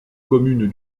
commune